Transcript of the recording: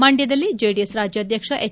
ಮಂಡ್ಯದಲ್ಲಿ ಜೆಡಿಎಸ್ ರಾಜ್ಯಾಧ್ಯಕ್ಷ ಎಚ್